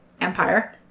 empire